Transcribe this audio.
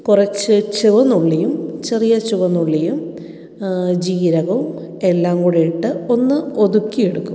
കുറച്ച് ചുവന്നുള്ളിയും ചെറിയ ചുവന്നുള്ളിയും ജീരകവും എല്ലാം കൂടെയിട്ട് ഒന്ന് ഒതുക്കി എടുക്കും